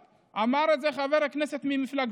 אל תשימו מסכות, אמר את זה חבר הכנסת ממפלגתו.